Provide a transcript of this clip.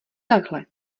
takhle